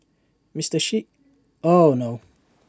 Mister Xi oh no